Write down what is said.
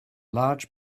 large